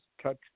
Touch